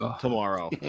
tomorrow